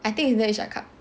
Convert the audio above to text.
I think is near Each-a-cup